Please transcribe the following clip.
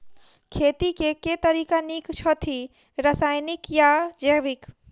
खेती केँ के तरीका नीक छथि, रासायनिक या जैविक?